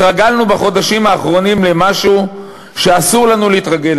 התרגלנו בחודשים האחרונים למשהו שאסור לנו להתרגל.